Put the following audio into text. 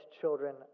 children